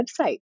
website